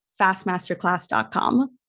fastmasterclass.com